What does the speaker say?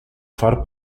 far